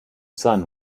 sun